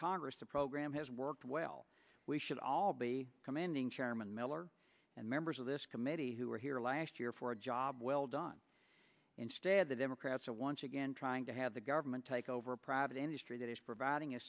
congress the program has worked well we should all be commending chairman miller and members of this committee who were here last year for a job well done instead the democrats are once again trying to have the government take over private industry that is providing a